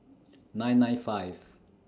nine nine five